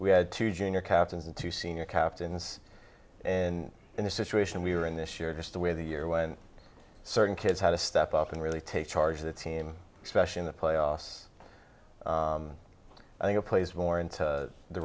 we had two junior captains and two senior captains and in the situation we were in this year just the way the year when certain kids had to step up and really take charge of the team especially in the playoffs i think a place more into the